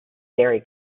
very